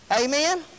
Amen